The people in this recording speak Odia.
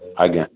ଆଜ୍ଞା